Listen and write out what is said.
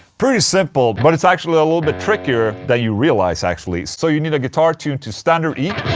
pretty simple, but it's actually a little bit trickier than you realise actually so, you need a guitar tuned to standard e